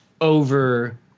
over